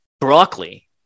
broccoli